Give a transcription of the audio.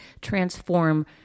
transform